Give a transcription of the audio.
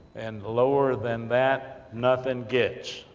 and lower than that, nothing gets.